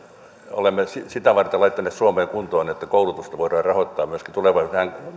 olemme sitä varten laittaneet suomea kuntoon että koulutusta voidaan rahoittaa myöskin tulevaisuudessa